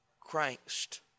Christ